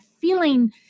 feeling